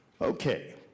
Okay